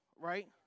right